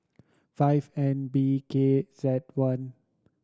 five N B K Z one